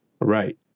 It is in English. Right